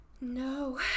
no